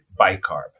bicarb